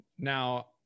Now